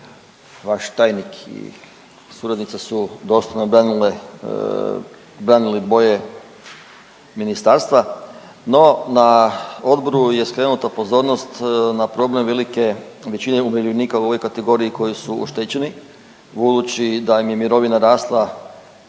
vaš tajnik i suradnica su dosta nabranile, branili boje ministarstva. No, na odboru je skrenuta pozornost na problem velike većine umirovljenika u ovoj kategoriji koji su oštećeni budući da im je mirovina rasla